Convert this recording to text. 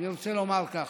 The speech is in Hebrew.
אני רוצה לומר כך: